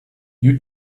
you